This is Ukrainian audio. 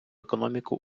економіку